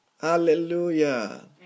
Hallelujah